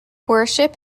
worship